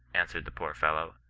answered the poor fellow,